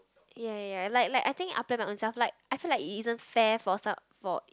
ya ya like like I think I'll plan my ownself like I feel like it isn't fair for some for it